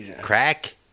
Crack